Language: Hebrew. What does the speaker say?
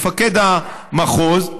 מפקד המחוז,